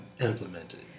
implemented